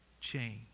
change